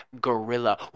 gorilla